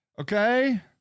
okay